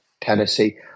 Tennessee